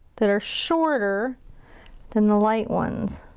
that are shorter than the light ones.